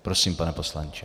Prosím, pane poslanče.